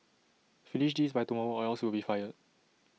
finish this by tomorrow or else you'll be fired